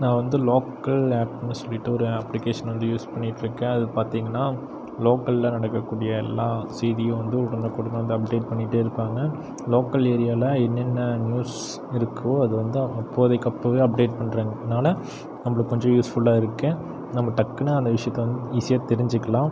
நான் வந்து லோக்கல் ஆப்புன்னு சொல்லிவிட்டு ஒரு அப்ளிக்கேஷன் வந்து யூஸ் பண்ணிட்டுருக்கேன் அது பார்த்திங்கனா லோக்கலில் நடக்க கூடிய எல்லா செய்தியும் வந்து உடனுக்குடன் வந்து அப்டேட் பண்ணிகிட்டே இருப்பாங்க லோக்கல் ஏரியாவில என்னென்ன நியூஸ் இருக்கோ அது வந்து அவங்க அப்போதைக்கு அப்போவே அப்டேட் பண்ணுறாங்க அதனால் நம்மளுக்கு கொஞ்சம் யூஸ்ஃபுல்லாக இருக்கு நம்ம டக்குன்னு அந்த விஷியத்தை வந்து ஈசியாக தெரிஞ்சுக்கலாம்